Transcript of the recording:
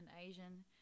Asian